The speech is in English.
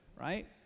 right